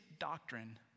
doctrine